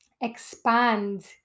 expand